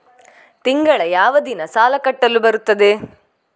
ತಿಂಗಳ ಯಾವ ದಿನ ಸಾಲ ಕಟ್ಟಲು ಬರುತ್ತದೆ?